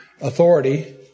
authority